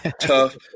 tough